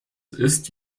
ist